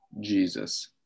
jesus